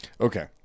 Okay